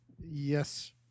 yes